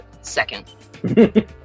second